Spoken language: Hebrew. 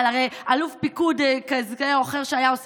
הרי אלוף פיקוד כזה או אחר שהיה עושה